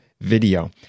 video